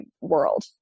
world